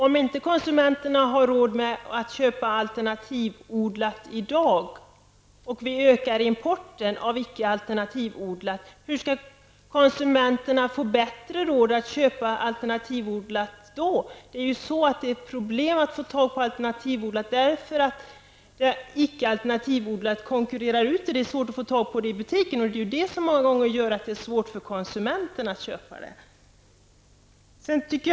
Om inte konsumenterna har råd att köpa alternativt odlade produkter i dag och vi ökar importen av icke alternativt odlade produkter, hur skall det ge konsumenterna bättre råd att köpa alternativt odlade produkter? Det är ett problem att få tag i alternativt odlade produkter därför att de icke alternativt odlade varorna konkurrerar ut dem. Det som många gånger gör att konsumenterna har svårt att köpa dessa varor är att det är svårt att få tag i dem i butiken.